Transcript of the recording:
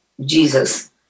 Jesus